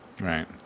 Right